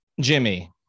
Jimmy